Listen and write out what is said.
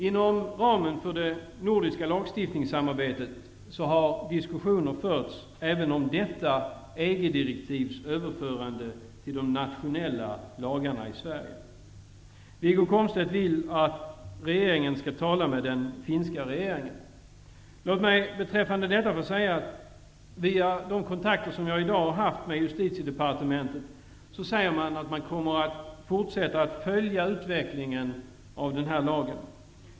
Inom ramen för det nordiska lagstiftningssamarbetet har diskussioner förts även om detta EG-direktivs överförande till de nationella lagarna i Sverige. Wiggo Komstedt vill att den svenska regeringen skall tala med den finska. Låt mig säga att vid de kontakter som jag i dag hade med Justitiedepartementet sade man att man kommer att fortsätta att följa utvecklingen av den här lagen.